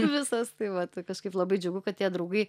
visos tai va tai kažkaip labai džiugu kad tie draugai